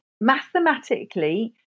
mathematically